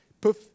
poof